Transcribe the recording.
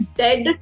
dead